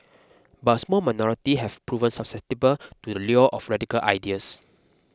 but a small minority have proven susceptible to the lure of radical ideas